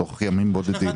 תוך ימים בודדים.